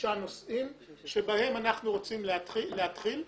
שישה נושאים שבהם אנחנו רוצים להתחיל.